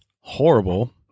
horrible